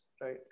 right